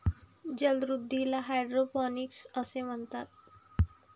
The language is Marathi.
जलवृद्धीला हायड्रोपोनिक्स असे म्हणतात